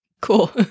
Cool